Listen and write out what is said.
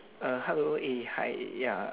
uh hello eh hi ya